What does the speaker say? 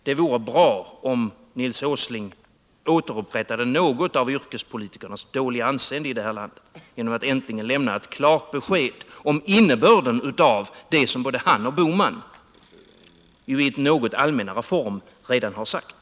Det vore bra om Nils Åsling återupprättade något av yrkespolitikernas dåliga anseende i detta land, genom att äntligen lämna ett klart besked om innebörden av det som både han och herr Bohman i något allmännare form redan har sagt.